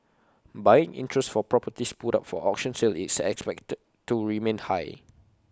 buying interest for properties put up for auction sale is expected to remain high